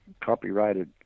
copyrighted